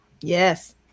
Yes